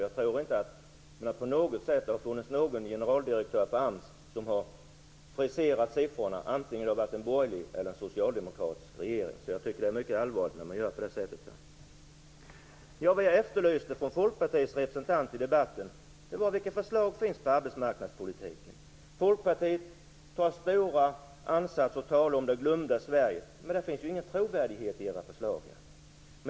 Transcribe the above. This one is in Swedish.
Jag tror inte att det har funnits någon generaldirektör på AMS som på något sätt har friserat siffrorna, oavsett om det har varit en borgerlig eller en socialdemokratisk regering. Jag tycker därför att det här är mycket allvarligt. Vad jag efterlyste från Folkpartiets representant i debatten var vilka förslag det finns på arbetsmarknadspolitikens område. Folkpartiet tar stora ansatser och talar om det glömda Sverige, men det finns ju ingen trovärdighet i era förslag.